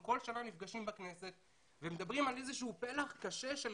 כל שנה אנחנו נפגשים בכנסת ומדברים על פלח קשה של